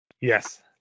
Yes